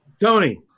Tony